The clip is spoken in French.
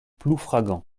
ploufragan